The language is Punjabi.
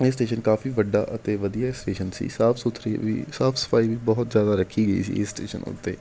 ਇਹ ਸਟੇਸ਼ਨ ਕਾਫੀ ਵੱਡਾ ਅਤੇ ਵਧੀਆ ਸਟੇਸ਼ਨ ਸੀ ਸਾਫ਼ ਸੁਥਰੀ ਵੀ ਸਾਫ਼ ਸਫਾਈ ਵੀ ਬਹੁਤ ਜ਼ਿਆਦਾ ਰੱਖੀ ਗਈ ਸੀ ਇਸ ਸਟੇਸ਼ਨ ਉੱਤੇ